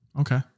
okay